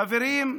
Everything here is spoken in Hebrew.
חברים,